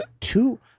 Two